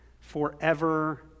forever